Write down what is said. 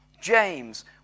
James